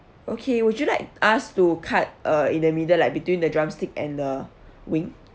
okay would you like us to cut uh in the middle like between the drumstick and the wing